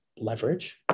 leverage